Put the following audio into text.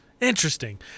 Interesting